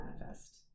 manifest